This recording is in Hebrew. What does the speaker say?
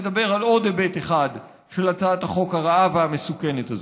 לדבר על עוד היבט אחד של הצעת החוק הרעה והמסוכנת הזאת: